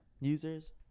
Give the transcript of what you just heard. Users